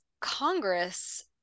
Congress